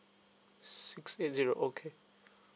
six eight zero okay